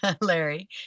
Larry